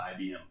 IBM